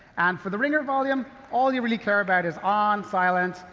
and, for the ringer volume, all you really care about is on, silent,